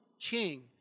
king